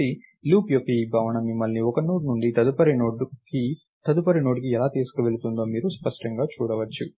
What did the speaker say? కాబట్టి లూప్ యొక్క ఈ భావన మిమ్మల్ని ఒక నోడ్ నుండి తదుపరి నోడ్కి తదుపరి నోడ్కి ఎలా తీసుకువెళుతుందో మీరు స్పష్టంగా చూడవచ్చు